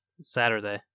Saturday